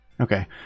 okay